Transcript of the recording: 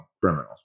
criminals